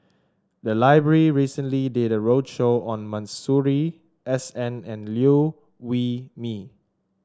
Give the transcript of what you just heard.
the library recently did a roadshow on Masuri S N and Liew Wee Mee